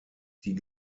die